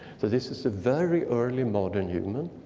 so this is a very early modern human,